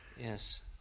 Yes